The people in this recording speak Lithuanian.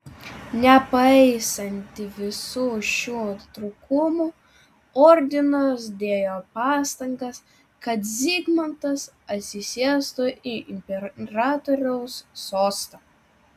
nepaisantį visų šių trūkumų ordinas dėjo pastangas kad zigmantas atsisėstų į imperatoriaus sostą